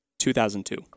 2002